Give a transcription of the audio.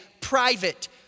private